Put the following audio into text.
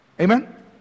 Amen